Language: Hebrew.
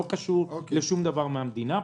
זה לא קשור לשום דבר מהמדינה.